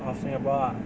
of singapore ah